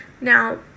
Now